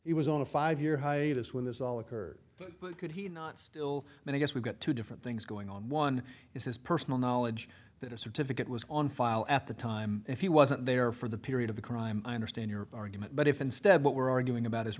he was on a five year hiatus when this all occurred could he not still and i guess we've got two different things going on one is his personal knowledge that a certificate was on file at the time if he wasn't there for the period of the crime i understand your argument but if instead what we're arguing about is